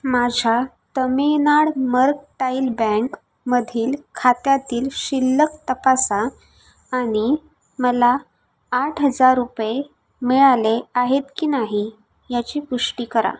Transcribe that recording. माझ्या तमिळनाड मर्कटाईल बँकेमधील खात्यातील शिल्लक तपासा आणि मला आठ हजार रुपये मिळाले आहेत की नाही याची पुष्टी करा